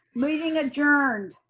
meeting adjourned.